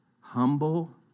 humble